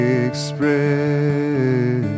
express